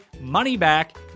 money-back